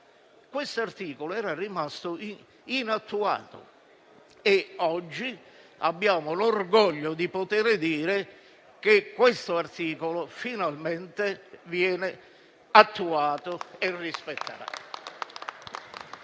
Questo articolo era rimasto inattuato e oggi abbiamo l'orgoglio di poter dire che viene finalmente attuato e rispettato.